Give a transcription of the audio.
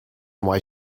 why